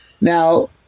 Now